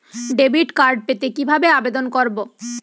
Debit card পেতে কিভাবে আবেদন করব?